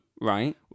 Right